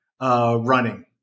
running